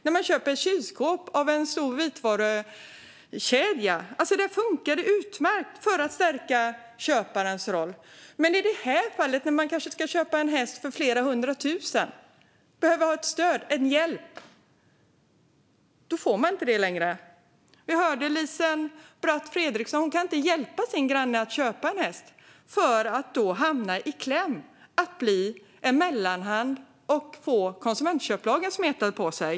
När man köper ett kylskåp av en stor vitvarukedja funkar konsumentköplagen utmärkt för att stärka köparens roll, men den som ska köpa en häst för kanske flera hundra tusen och behöver stöd och hjälp kan inte få inte det. Vi hörde Lisen Bratt Fredricson säga att hon inte kan hjälpa sin granne att köpa en häst, för då hamnar hon i kläm som mellanhand och får konsumentköplagen smetad på sig.